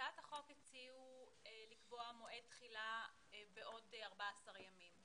בהצעת החוק הציעו לקבוע מועד תחילה בעוד 14 ימים.